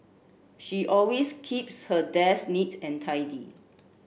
she always keeps her desk neat and tidy